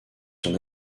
son